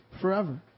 forever